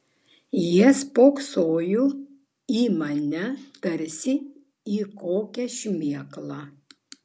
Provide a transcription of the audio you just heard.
jie spoksojo į mane tarsi į kokią šmėklą